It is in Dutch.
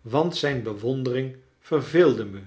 want zijn bewondering verveelde me